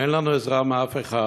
אין לנו עזרה מאף אחד.